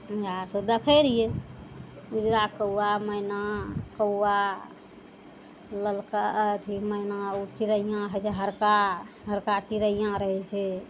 इएह सब देखय रहियइ उजरा कौआ मैना कौआ ललका अथी मैना उ चिड़ैया होइ छै हरका हड़का चिड़ैया रहय छै